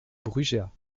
brugheas